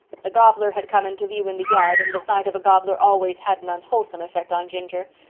the gobbler had come into view in the yard and the sight of a gobbler always had an unwholesome effect on ginger.